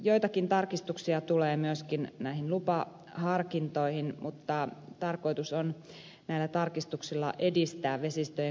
joitakin tarkistuksia tulee myöskin näihin lupaharkintoihin mutta tarkoitus on näillä tarkistuksilla edistää vesistöjen kunnostushankkeita